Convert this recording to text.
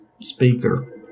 speaker